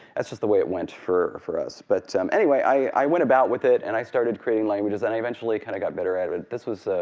that's just the way it went for for us. but so um anyway i went about with it, and i started creating languages, and i eventually kind of got better at it. this was,